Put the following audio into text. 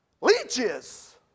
Leeches